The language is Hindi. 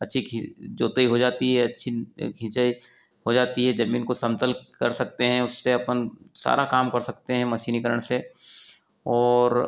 अच्छी जुताई हो जाती है अच्छी खिंचाई हो जाती है जमीन को समतल कर सकते हैं उससे अपन सारा काम कर सकते हैं मशीनीकरण से और